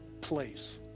place